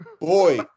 Boy